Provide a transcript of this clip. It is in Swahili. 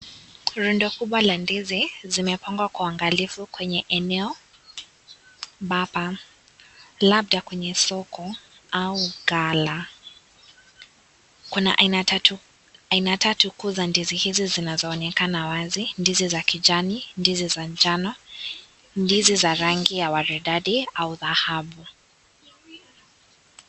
Rundo kubwa la ndizi zimepangwa kwa uangalifu kwenye eneo labda kwenye soko au gala. Kuna aina tatu kuu za ndizi hizi zinazoonekana wazi, ndizi za kijani, ndizi za njano na ndizi za rangi ya waridadi au dhahabu.